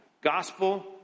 Gospel